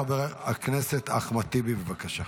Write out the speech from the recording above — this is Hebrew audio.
חבר הכנסת אחמד טיבי, בבקשה.